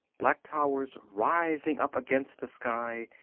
black towers rising up against the sky,